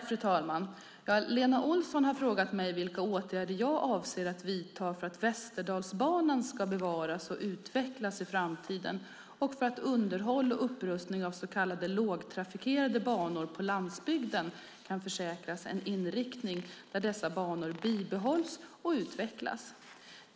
Fru talman! Lena Olsson har frågat mig vilka åtgärder jag avser att vidta för att Västerdalsbanan ska bevaras och utvecklas i framtiden och för att underhåll och upprustning av så kallade lågtrafikerade banor på landsbygden kan försäkras en inriktning där dessa banor bibehålls och utvecklas.